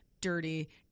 dirty